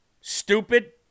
stupid